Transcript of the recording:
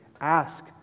ask